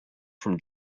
from